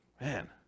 man